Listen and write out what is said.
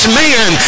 man